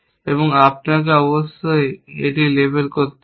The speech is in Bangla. এবং আপনাকে অবশ্যই এটি লেবেল করতে হবে